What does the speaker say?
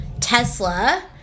Tesla